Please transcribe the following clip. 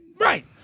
Right